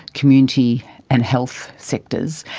community and health sectors,